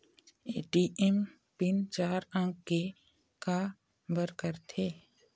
ATM PIN चार अंक के का बर करथे?